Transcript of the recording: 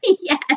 Yes